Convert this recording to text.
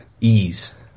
ease